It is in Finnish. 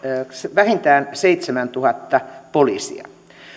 vähintään seitsemäntuhatta poliisia